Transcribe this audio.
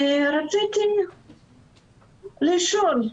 רציתי לשאול.